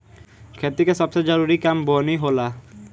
खेती के सबसे जरूरी काम बोअनी होला